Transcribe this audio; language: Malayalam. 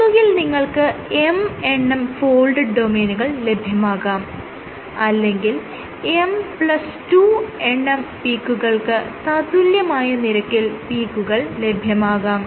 ഒന്നുകിൽ നിങ്ങൾക്ക് M എണ്ണം ഫോൾഡഡ് ഡൊമെയ്നുകൾ ലഭ്യമാകാം അല്ലെങ്കിൽ M2 എണ്ണം പീക്കുകൾക്ക് തത്തുല്യമായ നിരക്കിൽ പീക്കുകൾ ലഭ്യമാകാം